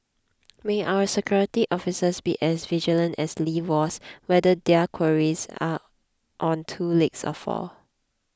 may our security officers be as vigilant as Lee was whether their quarries are on two legs or four